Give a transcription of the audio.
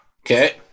okay